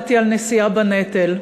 למדתי על נשיאה בנטל.